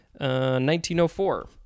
1904